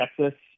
Texas